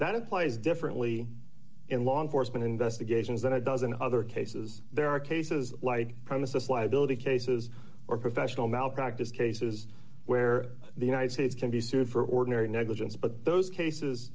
that it plays differently in law enforcement investigations than a dozen other cases there are cases like promises liability cases or professional malpractise cases where the united states can be sued for ordinary negligence but those cases